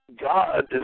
God